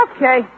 Okay